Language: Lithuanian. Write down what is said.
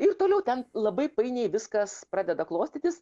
ir toliau ten labai painiai viskas pradeda klostytis